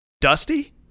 Dusty